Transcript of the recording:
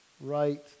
right